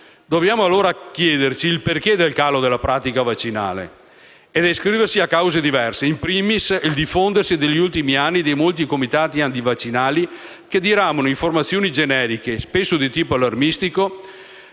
Dobbiamo allora chiederci il perché del calo della pratica vaccinale. È da ascriversi a cause diverse, *in primis* il diffondersi negli ultimi anni di molti comitati antivaccinali che diramano informazioni generiche, spesso di tipo allarmistico,